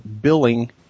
billing